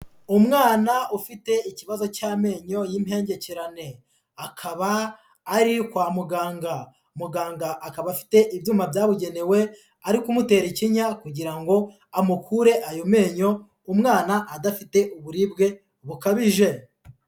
Umwana ufite ikibazo cy'amenyo y'impengekerane, akaba ari kwa muganga muganga akaba afite ibyuma byabugenewe ari kumutera ikinya kugira ngo amukure ayo menyo, umwana adafite uburibwe bukabije.